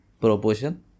proportion